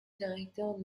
directeur